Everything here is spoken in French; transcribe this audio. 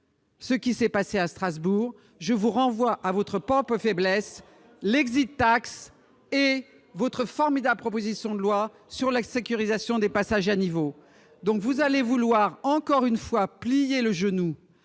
Ce qui s'est passé à Strasbourg, je vous renvoie à votre papa faiblesse l'exit tax et votre formidable proposition de loi sur la sécurisation des passages à niveau, donc vous allez vouloir encore une fois plié le genou